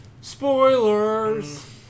Spoilers